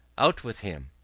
out with him!